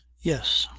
yes.